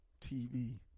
TV